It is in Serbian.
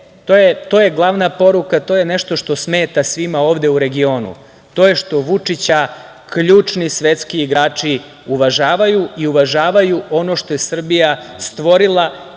To je glavna poruka, to je nešto što smeta svima ovde u regionu, to je što Vučića ključni svetski igrači uvažavaju, uvažavaju ono što je Srbija stvorila